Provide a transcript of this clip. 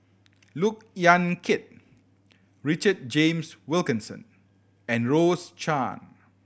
Look Yan Kit Richard James Wilkinson and Rose Chan